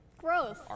Gross